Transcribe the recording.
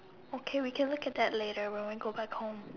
okay we can look at that later when we go back home